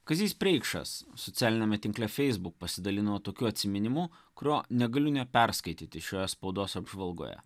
kazys preikšas socialiniame tinkle facebook pasidalino tokiu atsiminimu kurio negaliu neperskaityti šioje spaudos apžvalgoje